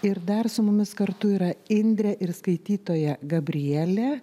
ir dar su mumis kartu yra indrė ir skaitytoja gabrielė